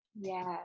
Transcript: Yes